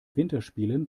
winterspielen